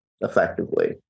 effectively